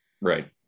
Right